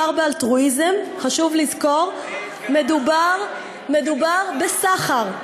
חשוב לזכור: לא מדובר באלטרואיזם, מדובר בסחר.